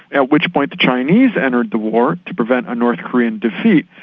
at which point the chinese entered the war to prevent a north korean defeat,